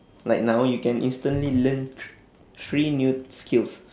like now you can instantly learn thr~ three new skills